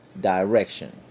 direction